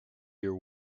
your